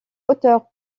auteur